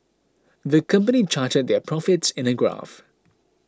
the company charted their profits in a graph